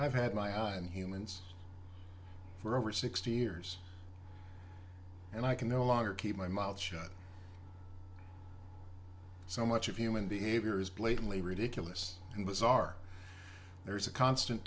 i've had my mind humans for over sixty years and i can no longer keep my mouth shut so much of human behavior is blatantly ridiculous and bizarre there is a constant